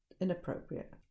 inappropriate